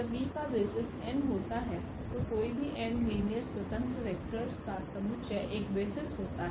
जब V का basis n होता है तो कोइ भी n लीनियर स्वतंत्र वेक्टोर्स का समुच्चय एक बेसिस होता है